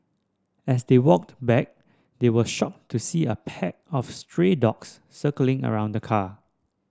as they walked back they were shocked to see a pack of stray dogs circling around the car